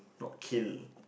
not kill